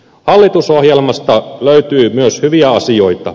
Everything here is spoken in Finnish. hallitusohjelmasta löytyy myös hyviä asioita